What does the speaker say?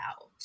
out